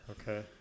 Okay